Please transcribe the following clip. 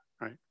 right